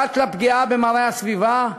שפרט לפגיעה במראה הסביבה,